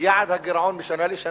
ביעד הגירעון משנה לשנה?